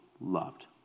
loved